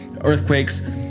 earthquakes